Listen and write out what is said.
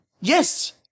yes